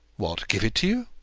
what, give it you?